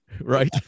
Right